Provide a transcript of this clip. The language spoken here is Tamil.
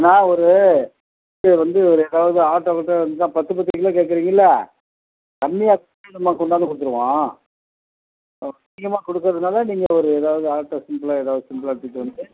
ஏன்னா ஒரு இது வந்து ஒரு எதாவது ஆட்டோ கீட்டோ இருந்தால் பத்து பத்து கிலோ கேட்கறீங்கள்ல கம்மியாக இருந்தால் நம்ம கொண்டாந்து கொடுத்துருவோம் ஆ அதிகமாக கொடுக்கறதுனால நீங்கள் ஒரு எதாவது ஆட்டோ சிம்பிளா எதாவது சிம்பிளா எடுத்துகிட்டு வந்து